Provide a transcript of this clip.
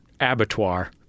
abattoir